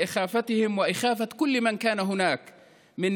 ערפאיא מהכפר ביר אל